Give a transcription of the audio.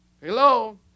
Hello